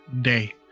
day